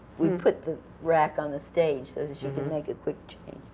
we put the rack on the stage so that she could make a quick